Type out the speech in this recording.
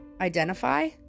identify